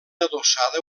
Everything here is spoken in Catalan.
adossada